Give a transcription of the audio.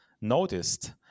noticed